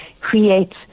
create